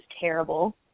terrible